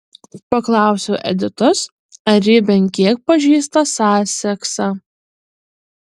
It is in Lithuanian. paklausiau editos ar ji bent kiek pažįsta saseksą